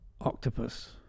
Octopus